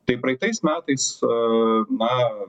tai praeitais metais a na